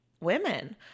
women